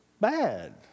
bad